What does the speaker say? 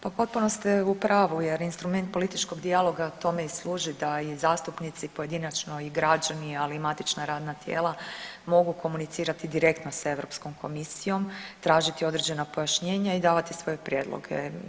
Potpuno ste u pravu jer instrument političkog dijaloga tome i služi da i zastupnici pojedinačno i građani, ali matična radna tijela mogu komunicirati direktno sa Europskom komisijom, tražiti određena pojašnjenja i davati svoje prijedloge.